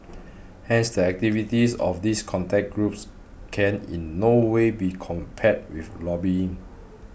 hence the activities of these contact groups can in no way be compared with lobbying